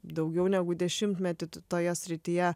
daugiau negu dešimtmetį toje srityje